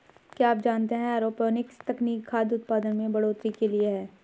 क्या आप जानते है एरोपोनिक्स तकनीक खाद्य उतपादन में बढ़ोतरी के लिए है?